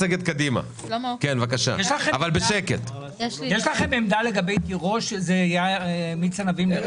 יש לכם עמדה לגבי תירוש שהוא מיץ ענבים?